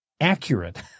accurate